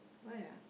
why ah